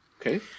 Okay